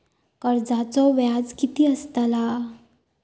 कर्जाचो व्याज कीती असताला?